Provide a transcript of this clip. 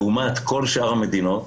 לעומת כל שאר המדינות,